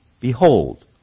Behold